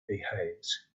behaves